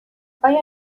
آیا